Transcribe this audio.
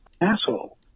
asshole